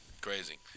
Crazy